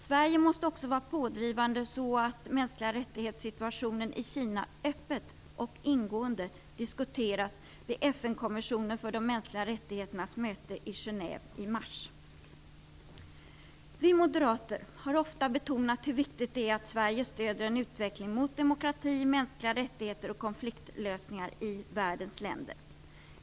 Sverige måste också vara pådrivande så att MR-situationen i Kina öppet och ingående diskuteras vid mötet med Vi moderater har ofta betonat hur viktigt det är att Sverige stöder en utveckling mot demokrati, mänskliga rättigheter och konfliktlösningar i världens länder.